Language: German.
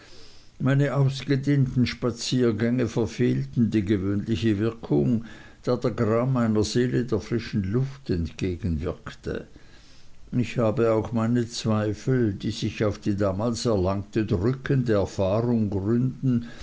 meine ausgedehnten spaziergänge verfehlten die gewöhnliche wirkung da der gram meiner seele der frischen luft entgegenwirkte ich habe auch meine zweifel die sich auf die damals erlangte drückende erfahrung gründen